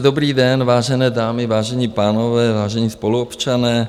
Dobrý den, vážené dámy, vážení pánové, vážení spoluobčané.